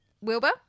Wilbur